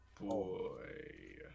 boy